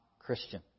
Christian